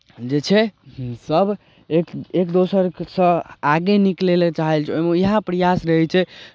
जे छै हमसभ एक एक दोसरसँ आगे निकलय लेल चाहै छी ओहिमे इएह प्रयास रहै छै